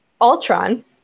Ultron